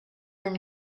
are